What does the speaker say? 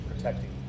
Protecting